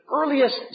earliest